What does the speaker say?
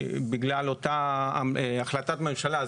בגלל אותה החלטת ממשלה.